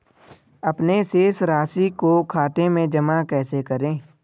अपने शेष राशि को खाते में जमा कैसे करें?